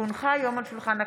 כי הונחה היום על שולחן הכנסת,